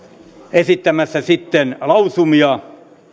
esittämässä sitten lausumia